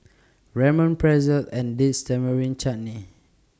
Ramen Pretzel and Dates Tamarind Chutney